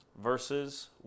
verses